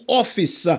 office